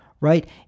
right